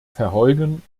verheugen